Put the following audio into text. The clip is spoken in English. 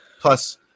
plus